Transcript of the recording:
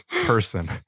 person